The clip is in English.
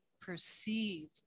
perceive